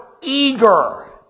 eager